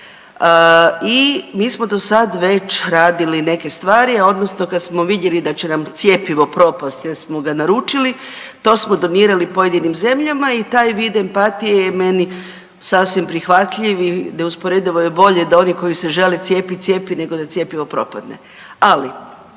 I mi smo do sada već radili neke stvari odnosno kada smo vidjeli da će nam cjepivo propasti jer smo ga naručili to smo donirali pojedinim zemljama i taj vid empatije je meni sasvim prihvatljiv i neusporedivo je bolje da oni koji se žele cijepiti se cijepe, nego da cjepivo propadne. Ali